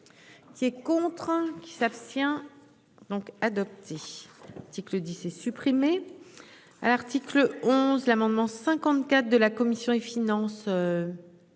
Qui est contraint qui s'abstient donc adopté. Tic le 10 c'est supprimé.